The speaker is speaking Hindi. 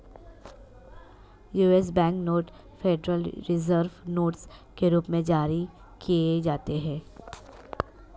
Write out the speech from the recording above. US bank note federal reserve notes के रूप में जारी किए जाते हैं